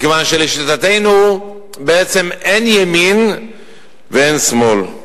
מכיוון שלשיטתנו אין ימין ואין שמאל.